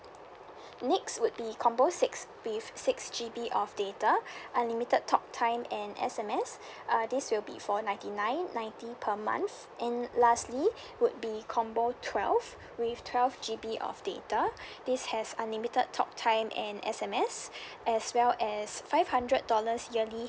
next would be combo six with six G_B of data unlimited talk time and S_M_S uh this will be for ninety nine ninety per month and lastly would be combo twelve with twelve G_B of data this has unlimited talk time and S_M_S as well as five hundred dollars yearly